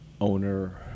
owner